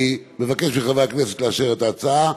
אני מבקש מחברי הכנסת לאשר את ההצעה,